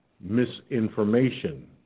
misinformation